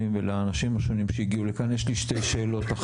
ולאנשים השונים שהגיעו לכאן יש לי שתי שאלות,